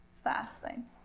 Fasting